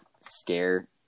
scare